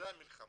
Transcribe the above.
זו המלחמה,